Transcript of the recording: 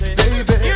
baby